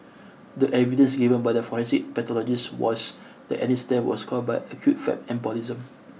the evidence given by the forensic pathologist was that Annie's death was caused by acute fat embolism